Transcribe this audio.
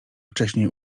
wcześniej